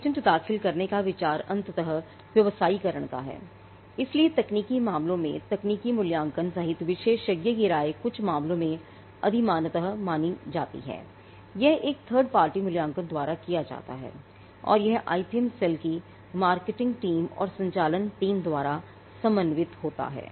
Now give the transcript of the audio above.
patent दाखिल करने का विचार अंतत व्यवसायीकरण का है इसलिए तकनीकी मामलों में तकनीकी मूल्यांकन सहित विशेषज्ञ की राय कुछ मामलों में अधिमानतः मांगी जाती है यह एक थर्ड पार्टी मूल्यांकन द्वारा किया जाता है और यह आईपीएम सेल की मार्केटिंग टीम और संचालन टीम द्वारा समन्वित होता है